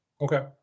Okay